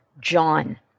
John